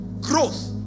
growth